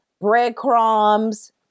breadcrumbs